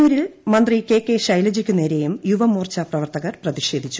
കണ്ണൂരിൽ മന്ത്രി K K ശൈലജയ്ക്കു നേരെയും യുവമോർച്ചാ പ്രവർത്തകർ പ്രതിഷേധിച്ചു